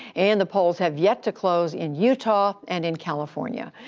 and the polls have yet to close in utah and in california.